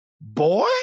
boy